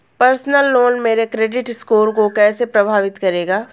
Personal loan मेरे credit score को कैसे प्रभावित करेगा?